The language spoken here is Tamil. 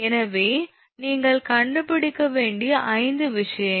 எனவே நீங்கள் கண்டுபிடிக்க வேண்டிய 5 விஷயங்கள்